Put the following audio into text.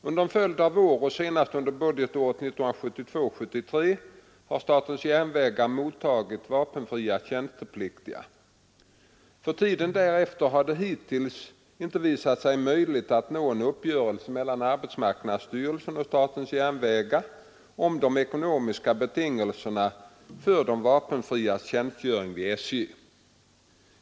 Under en följd av år och senast under budgetåret 1972/73 har statens järnvägar mottagit vapenfria tjänstepliktiga. För tiden därefter har det hittills inte visat sig möjligt att nå en uppgörelse mellan arbetsmarknadsstyrelsen och statens järnvägar om de ekonomiska betingelserna för de vapenfrias tjänstgöring vid SJ.